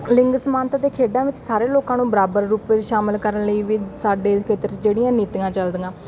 ਲਿੰਗ ਸਮਾਨਤਾ ਅਤੇ ਖੇਡਾਂ ਵਿੱਚ ਸਾਰੇ ਲੋਕਾਂ ਨੂੰ ਬਰਾਬਰ ਰੂਪ ਵਿੱਚ ਸ਼ਾਮਿਲ ਕਰਨ ਲਈ ਵੀ ਸਾਡੇ ਖੇਤਰ 'ਚ ਜਿਹੜੀਆਂ ਨੀਤੀਆਂ ਚੱਲਦੀਆਂ